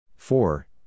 Four